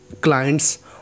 clients